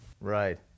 Right